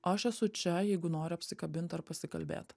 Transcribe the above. aš esu čia jeigu nori apsikabint ar pasikalbėt